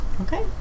Okay